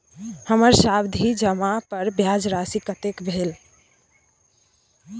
हमर सावधि जमा पर ब्याज राशि कतेक भेल?